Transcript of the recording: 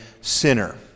sinner